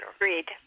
Agreed